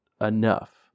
enough